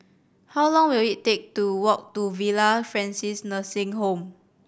how long will it take to walk to Villa Francis Nursing Home